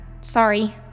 Sorry